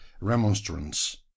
remonstrance